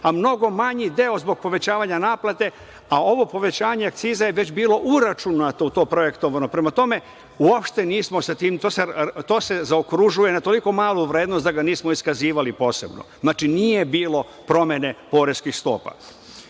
a mnogo manji deo zbog povećavanja naplate, a ovo povećanje akciza je već bilo uračunato u to projektovano. Prema tome uopšte nismo sa tim, to se zaokružuje na toliko malu vrednost da ga nismo iskazivali posebno. Znači, nije bilo promene poreskih stopa. Kako